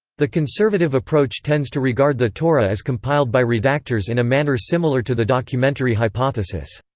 the conservative approach tends to regard the torah as compiled by redactors in a manner similar to the documentary hypothesis.